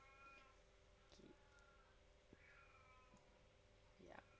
okay ya